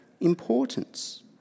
importance